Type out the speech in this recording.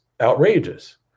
outrageous